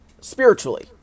Spiritually